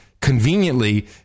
conveniently